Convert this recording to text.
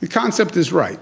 the concept is right.